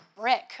brick